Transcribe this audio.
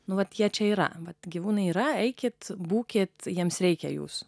nuolat jie čia yra mat gyvūnai yra eikit būkit jiems reikia jūs